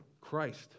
Christ